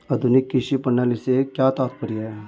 आधुनिक कृषि प्रणाली से क्या तात्पर्य है?